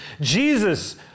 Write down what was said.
Jesus